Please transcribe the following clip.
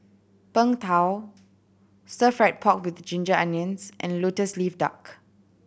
Png Tao Stir Fry pork with ginger onions and Lotus Leaf Duck